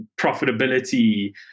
profitability